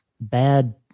bad